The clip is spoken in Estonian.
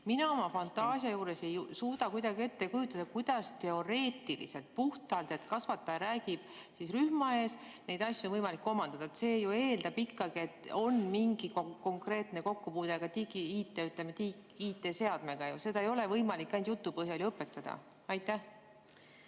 Mina oma fantaasia juures ei suuda kuidagi ette kujutada, kuidas teoreetiliselt, puhtalt nii, et kasvataja räägib rühma ees, neid asju on võimalik omandada. See ju eeldab ikkagi, et on mingi konkreetne kokkupuude ka digi‑ või IT‑seadmega. Seda ei ole võimalik ainult jutu põhjal ju õpetada. Tänan,